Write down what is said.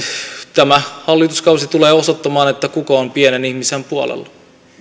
tämä hallituskausi tulee osoittamaan kuka on pienen ihmisen puolella